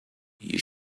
you